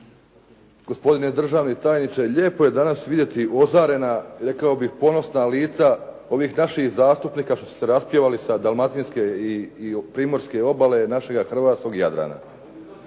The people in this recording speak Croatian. gospodine državni tajniče. Lijepo je danas vidjeti ozarena rekao bih ponosna lica ovih naših zastupnika što su se raspjevali sa dalmatinske i primorske obale našega hrvatskoga Jadrana.